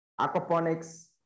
aquaponics